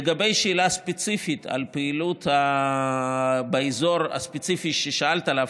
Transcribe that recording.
לגבי השאלה הספציפית על פעילות באזור הספציפי ששאלת עליו,